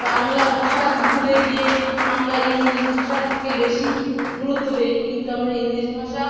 বাংলা ভাষা ভুলে গিয়ে আমরা ইংলিশ ভাষাকে বেশি গুরুত্ব দিই কিন্তু আমরা ইংলিশ ভাষা